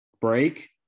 break